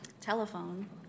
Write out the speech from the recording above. telephone